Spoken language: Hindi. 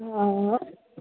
हाँ